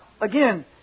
again